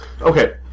okay